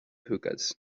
hookahs